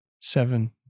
seven